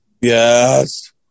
Yes